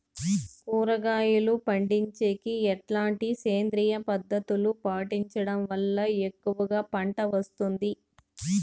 కూరగాయలు పండించేకి ఎట్లాంటి సేంద్రియ పద్ధతులు పాటించడం వల్ల ఎక్కువగా పంట వస్తుంది?